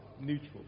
neutral